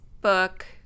book